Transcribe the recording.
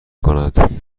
کند